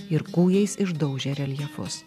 ir kūjais išdaužė reljefus